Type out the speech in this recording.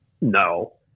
No